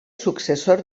successor